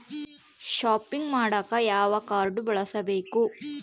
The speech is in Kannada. ಷಾಪಿಂಗ್ ಮಾಡಾಕ ಯಾವ ಕಾಡ್೯ ಬಳಸಬೇಕು?